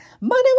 money